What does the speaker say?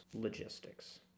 logistics